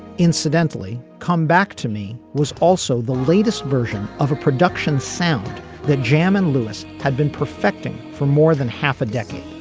incidentally come back to me was also the latest version of a production sound that jam and lewis had been perfecting for more than half a decade.